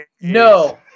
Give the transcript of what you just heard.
No